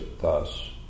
thus